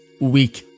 week